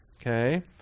okay